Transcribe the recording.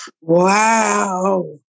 Wow